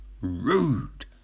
rude